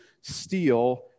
steal